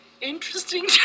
Interesting